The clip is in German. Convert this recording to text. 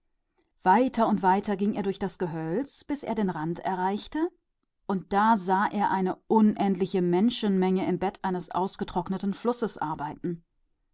weiter und weiter ging er bis er zum rande des waldes kam und da sah er eine ungeheure menge von menschen die im bette eines vertrockneten flusses